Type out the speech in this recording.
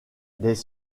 des